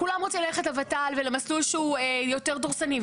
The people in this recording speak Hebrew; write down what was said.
כולם רוצים ללכת לות"ל ולמסלול שהוא יותר דורסני,